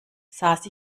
saß